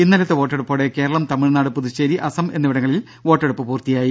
ഇന്നലത്തെ വോട്ടെടുപ്പോടെ കേരളം തമിഴ്നാട് പുതുച്ചേരി അസം എന്നിവിടങ്ങളിൽ വോട്ടെടുപ്പ് പൂർത്തിയായി